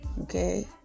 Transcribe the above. Okay